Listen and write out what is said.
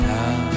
now